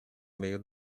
meio